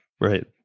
right